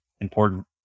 important